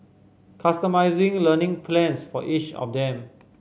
customising learning plans for each of them